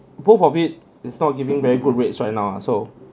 both of it it's not giving very good rates right now lah so